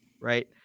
right